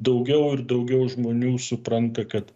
daugiau ir daugiau žmonių supranta kad